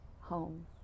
home